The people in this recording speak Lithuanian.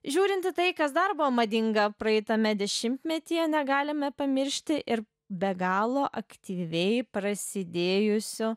žiūrint į tai kas dar buvo madinga praeitame dešimtmetyje negalime pamiršti ir be galo aktyviai prasidėjusio